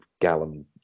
Gallon